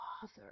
Father